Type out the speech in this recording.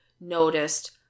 noticed